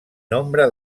nombre